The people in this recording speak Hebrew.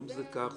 אם זה כך,